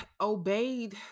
obeyed